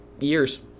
years